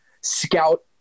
scout